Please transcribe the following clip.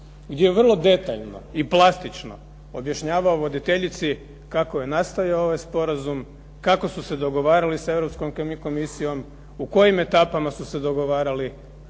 gdje je vrlo detaljno i plastično objašnjavao voditeljici kako je nastajao ovaj sporazum, kako su se dogovarali sa Europskom komisijom, u kojim etapama su se dogovarali